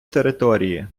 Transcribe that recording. території